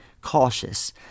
cautious